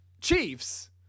Chiefs